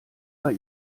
bei